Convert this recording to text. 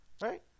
right